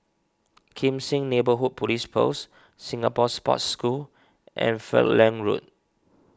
Kim Seng Neighbourhood Police Post Singapore Sports School and Falkland Road